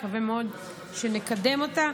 ומקווה מאוד שנקדם אותה.